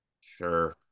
Sure